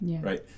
right